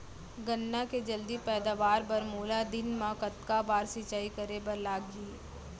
गन्ना के जलदी पैदावार बर, मोला दिन मा कतका बार सिंचाई करे बर लागही?